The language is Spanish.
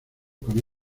con